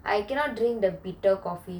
I cannot drink the bitter coffee